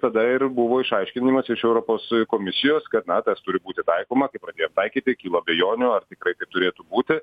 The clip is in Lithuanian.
tada ir buvo išaiškinimas iš europos komisijos kad na tas turi būti taikoma kai pradėjom taikyti kilo abejonių ar tikrai taip turėtų būti